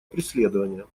преследования